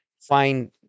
find